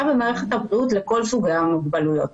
במערכת הבריאות לכל סוגי המוגבלויות.